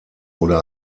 oder